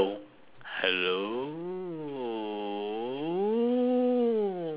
hello